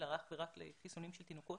אלא אך ורק לחיסונים של תינוקות,